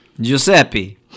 Giuseppe